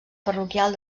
parroquial